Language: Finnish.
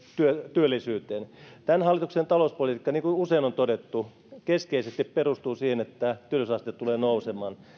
työllisyyteen tämän hallituksen talouspolitiikka niin kuin usein on todettu keskeisesti perustuu siihen että työllisyysaste tulee nousemaan